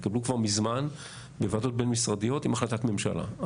הן התקבלו כבר מזמן בוועדות בין-משרדיות עם החלטת ממשלה.